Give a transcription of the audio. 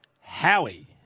Howie